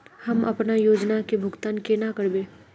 हम अपना योजना के भुगतान केना करबे?